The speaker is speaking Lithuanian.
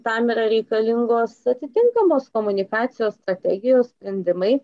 tam yra reikalingos atitinkamos komunikacijos strategijos sprendimai